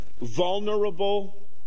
vulnerable